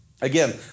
Again